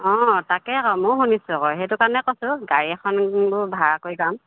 অঁ তাকেই আকৌ ময়ো শুনিছোঁ আকৌ সেইটো কাৰণে কৈছোঁ গাড়ী এখন বোলো ভাড়া কৰি যাম